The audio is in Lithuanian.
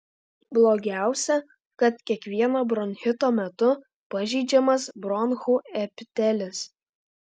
blogiausia kad kiekvieno bronchito metu pažeidžiamas bronchų epitelis